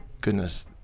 Goodness